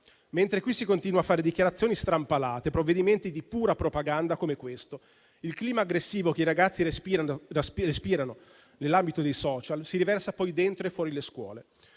mentre qui si continuano a fare dichiarazioni strampalate, provvedimenti di pura propaganda come questo. Il clima aggressivo che i ragazzi respirano nell'ambito dei *social* si riversa poi dentro e fuori le scuole.